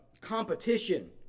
competition